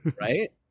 right